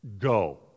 Go